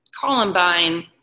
Columbine